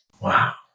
Wow